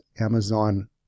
Amazon